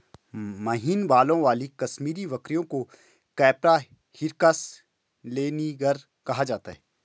महीन बालों वाली कश्मीरी बकरियों को कैपरा हिरकस लैनिगर कहा जाता है